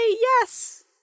yes